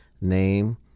name